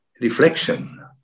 reflection